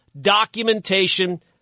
documentation